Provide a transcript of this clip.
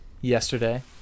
Yesterday